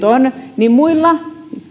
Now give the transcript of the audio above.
on valittamiskuviot ja muilla